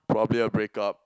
probably a break up